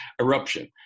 eruption